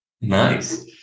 Nice